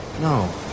No